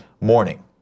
morning